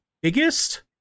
biggest